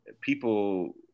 People